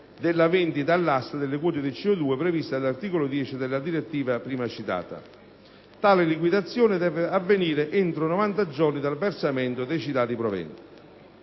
della vendita all'asta delle quote di CO2 prevista dall'articolo 10 della direttiva prima citata (comma 3). Tale liquidazione deve avvenire entro 90 giorni dal versamento dei citati proventi.